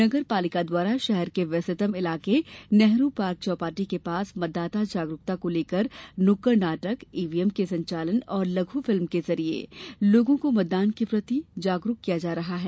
नगर पालिका द्वारा शहर के व्यस्ततम इलाके नेहरू पार्क चौपाटी के पास मतदाता जागरुकता को लेकर नुक्कड़ नाटक ईवीएम के संचालन और लघु फिल्म के जरिए लोगों को मतदान के प्रति लोगों को जागरुक किया जा रहा है